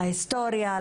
להיסטוריה,